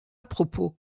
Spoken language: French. propos